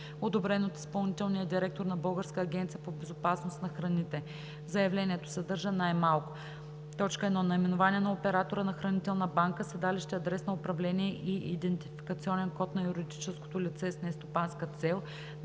одобрен от изпълнителния директор на Българската агенция по безопасност на храните. Заявлението съдържа най малко: 1. наименование на оператора на хранителна банка; седалище, адрес на управление и идентификационен код на юридическото лице с нестопанска цел;